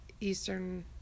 eastern